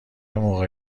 موقع